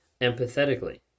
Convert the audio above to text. empathetically